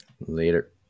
Later